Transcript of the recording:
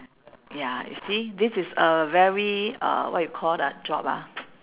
ya you see this is a very uh what you call that job ah